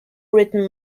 written